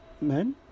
Men